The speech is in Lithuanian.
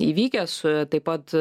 įvykę su taip pat